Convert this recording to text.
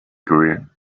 career